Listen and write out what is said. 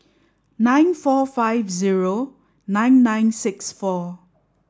nine four five zero nine nine six four